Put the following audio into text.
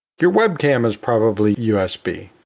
your webcam is probably usb,